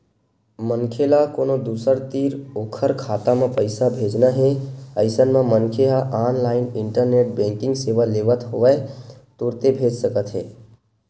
मनखे ल कोनो दूसर तीर ओखर खाता म पइसा भेजना हे अइसन म मनखे ह ऑनलाइन इंटरनेट बेंकिंग सेवा लेवत होय तुरते भेज सकत हे